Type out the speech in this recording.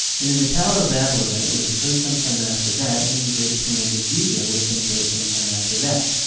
and then the tower of babel event would have occurred sometime after that, and then the great pyramids of giza would have been built sometime after that.